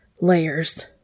layers